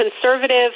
conservative